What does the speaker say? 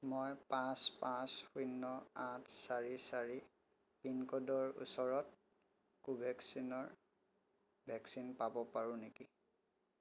মই পাঁচ পাঁচ শূন্য আঠ চাৰি চাৰি পিন ক'ডৰ ওচৰত কোভেক্সিনৰ ভেকচিন পাব পাৰোঁ নেকি